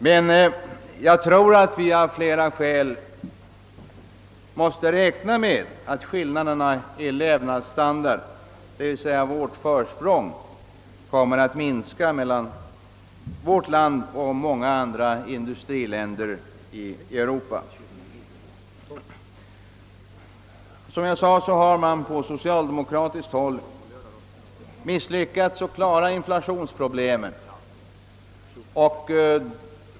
Men jag tror att vi av flera skäl måste räkna med att skillnaderna i levnadsstandard mellan vårt land och många andra industriländer i Europa — d. v. s. vårt försprång — kommer att minska. Som jag sade har socialdemokraterna misslyckats med att klara upp inflationsproblemen.